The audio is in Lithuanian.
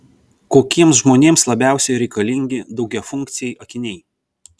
kokiems žmonėms labiausiai reikalingi daugiafunkciai akiniai